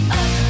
up